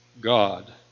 God